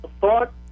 thought